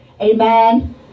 Amen